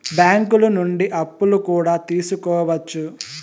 బ్యాంకులు నుండి అప్పులు కూడా తీసుకోవచ్చు